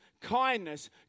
kindness